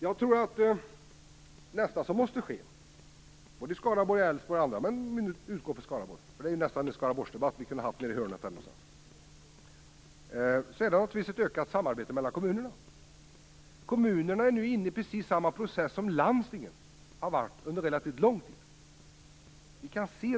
Jag tror att det nästa som kommer i Skaraborg, i Älvsborg osv. - det är nästan en Skaraborgsdebatt som vi här har haft - är ett ökat samarbete mellan kommunerna. De är nu inne i samma process som landstingen under relativt lång tid har befunnit sig i.